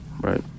Right